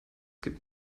gibt